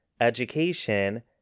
education